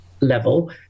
level